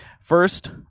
first